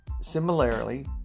similarly